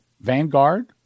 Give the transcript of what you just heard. Vanguard